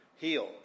healed